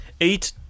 eight